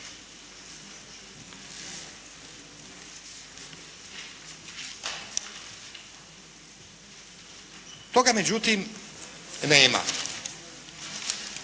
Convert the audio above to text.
Toga, međutim, nema.